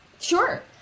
Sure